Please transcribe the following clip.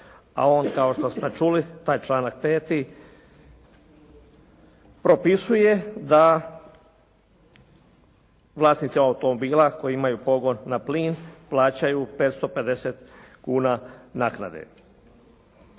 a on kao što ste čuli, taj članak 5. propisuje da vlasnici automobila koji imaju pogon na plin plaćaju 550 kuna naknade.